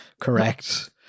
correct